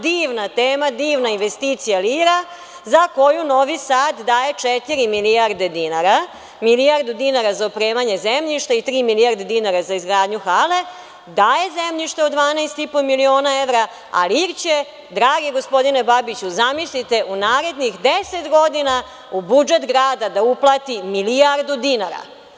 Divna tema, divna investicija „Lir“, za koju Novi Sad daje 4 milijarde dinara, milijardu dinara za opremanje zemljišta i tri milijarde dinara za izgradnju hale, daje zemljište od 12,5 miliona evra, a „Lir“ će, dragi gospodine Babiću, zamislite, u narednih 10 godina u budžet grada da uplati milijardu dinara.